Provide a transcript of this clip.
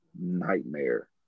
nightmare